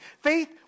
faith